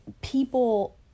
People